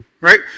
Right